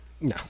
No